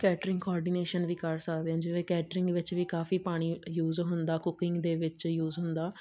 catering coordination ਵੀ ਕਰ ਸਕਦੇ ਹਾਂ ਜਿਵੇਂ ਕੈਟਰਿੰਗ ਵਿੱਚ ਵੀ ਕਾਫੀ ਪਾਣੀ ਯੂਜ਼ ਹੁੰਦਾ ਕੁਕਿੰਗ ਦੇ ਵਿੱਚ ਯੂਜ਼ ਹੁੰਦਾ